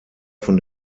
von